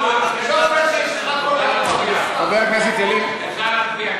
חבר הכנסת ילין, אפשר להצביע,